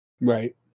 Right